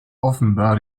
offenbar